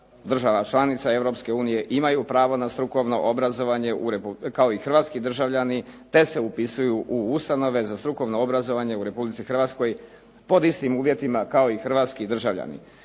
država članica Europske unije imaju pravo na strukovno obrazovanje kao i hrvatski državljani, te se upisuju u ustanove za strukovno obrazovanje u Republici Hrvatskoj pod istim uvjetima kao i hrvatski državljani.